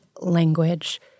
language